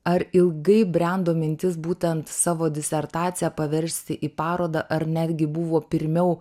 ar ilgai brendo mintis būtent savo disertaciją paversti į parodą ar netgi buvo pirmiau